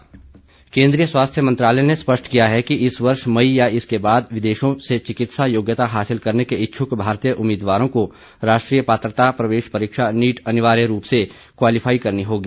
NEET परीक्षा केन्द्रीय स्वास्थ्य मंत्रालय ने स्पष्ट किया है कि इस वर्ष मई या इसके बाद विदेशों से चिकित्सा योग्यता हासिल करने के इच्छुक भारतीय उम्मीदवारों को राष्ट्रीय पात्रता प्रवेश परीक्षा नीट अनिवार्य रूप से क्वालीफाई करनी होगी